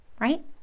right